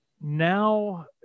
now